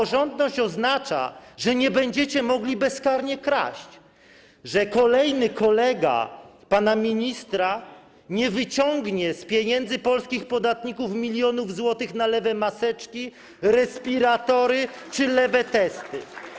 Praworządność oznacza, że nie będziecie mogli bezkarnie kraść, że kolejny kolega pana ministra nie wyciągnie z pieniędzy polskich podatników milionów złotych na lewe maseczki, respiratory czy lewe testy.